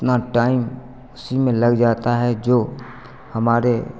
इतना टाइम उसी में लग जाता है जो हमारे